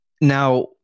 Now